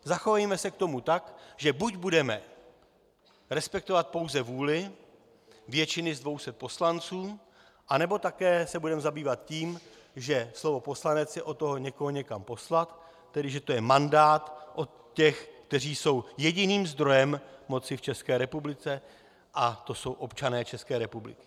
Zachovejme se k tomu tak, že buď budeme respektovat pouze vůli většiny z 200 poslanců, anebo také se budeme zabývat tím, že slovo poslanec je od toho někoho někam poslat, tedy že to je mandát od těch, kteří jsou jediným zdrojem moci v České republice, a to jsou občané České republiky.